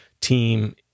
team